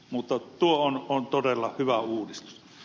mutta tuo on todella hyvä uudistus